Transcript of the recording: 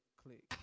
click